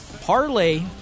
parlay